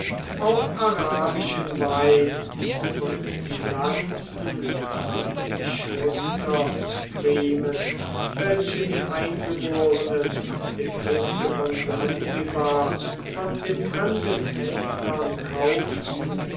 auch arabischen wein und die lanzen und die schusterpfriemen welche die eingeborenen der küste von sansibar von den fremden händlern kauften